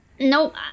Nope